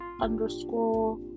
underscore